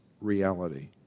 reality